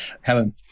Helen